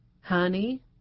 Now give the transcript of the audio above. Honey